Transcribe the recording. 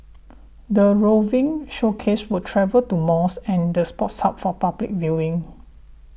the roving showcase will travel to malls and the Sports Hub for public viewing